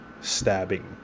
stabbing